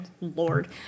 Lord